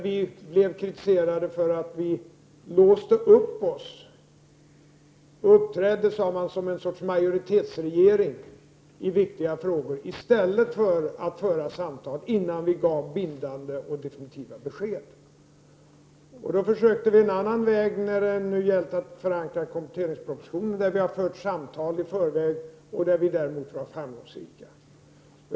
Vi blev då kritiserade för att vi låste upp oss och uppträdde som en sorts majoritetsregering i viktiga frågor, i stället för att föra samtal innan vi gav bindande och definitiva besked. Vi försökte därför en annan väg när det gällde att förankra kompletteringspropositionen. Vi har fört samtal i förväg, och vi har varit framgångsrika.